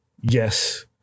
Yes